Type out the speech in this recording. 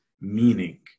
meaning